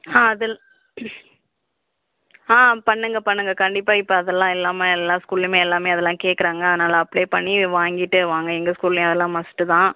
ஆ அதெல் ஆ பண்ணுங்கள் பண்ணுங்கள் கண்டிப்பாக இப்போ அதெல்லாம் இல்லாமல் எல்லா ஸ்கூல்லேயுமே எல்லாமே அதெல்லாம் கேட்குறாங்க அதனால் அப்ளே பண்ணி வாங்கிட்டே வாங்க எங்கள் ஸ்கூல்லேயும் அதெல்லாம் மஸ்ட்டு தான்